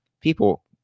people